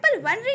one